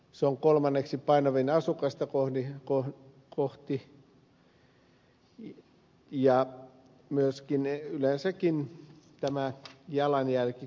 se on kolmanneksi painavin asukasta kohti ja myöskin yleensäkin tämä jalanjälki